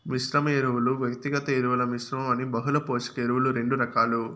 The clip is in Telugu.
మిశ్రమ ఎరువులు, వ్యక్తిగత ఎరువుల మిశ్రమం అని బహుళ పోషక ఎరువులు రెండు రకాలు